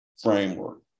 framework